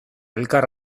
elkar